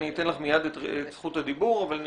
אתן לך מיד את רשות הדיבור אבל אני